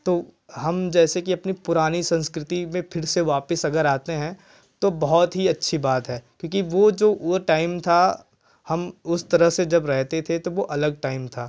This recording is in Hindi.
तो हम जैसे कि अपनी पुरानी संस्कृति में फ़िर से वापस अगर आते हैं तो बहुत ही अच्छी बात है क्योंकि वह जो वह टाइम था हम उस तरह से जब रहते थे तो वह अलग टाइम था